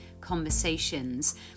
conversations